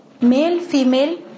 Male-female